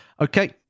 Okay